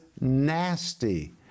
nasty